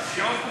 צחי,